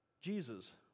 Jesus